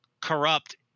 corrupt